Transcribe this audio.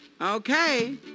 Okay